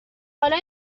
حالا